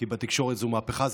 כי בתקשורת זו מהפכה,